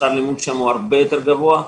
שכר הלימוד שם הרבה יותר גבוה.